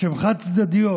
שהן חד-צדדיות,